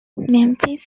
memphis